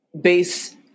base